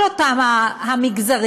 כל אותם המגזרים,